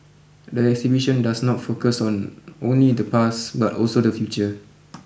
the exhibition does not focus on only the past but also the future